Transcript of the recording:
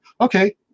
okay